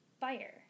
fire